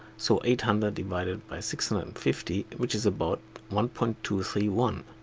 so, eight hundred divided by six hundred and fifty which is about one point two three one.